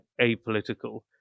apolitical